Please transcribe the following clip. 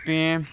तुवें